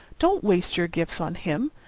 don't waste your gifts on him!